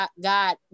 God